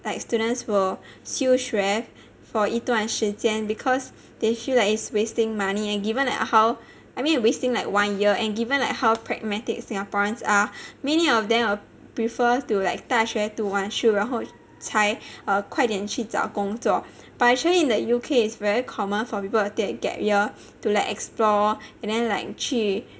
like students will 休学 for 一段时间 because they feel like it's wasting money and given like how I mean wasting like one year and given like how pragmatic singaporeans are many of them will prefer to like 大学读完书然后才 err 快点去找工作 actually in the U_K it's very common for people to take a gap year to like explore and then like 去